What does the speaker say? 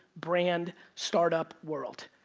brand, startup world.